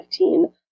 2015